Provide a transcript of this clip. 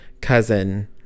cousin